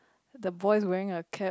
the boys wearing a cap